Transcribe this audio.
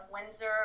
Windsor